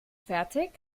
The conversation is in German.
fertig